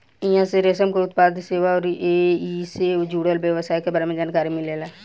इहां से रेशम के उत्पादन, सेवा अउरी ऐइसे जुड़ल व्यवसाय के बारे में जानकारी मिलेला